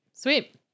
Sweet